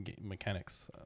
mechanics